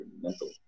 mental